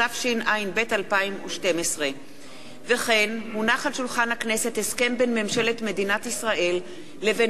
התשע"ב 2012. הסכם בין ממשלת מדינת ישראל לבין